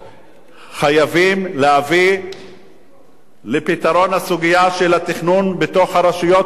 חייבים להביא לפתרון הסוגיה של התכנון בתוך הרשויות האלה,